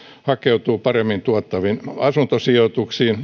hakeutuu paremmin tuottaviin asuntosijoituksiin